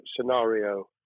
scenario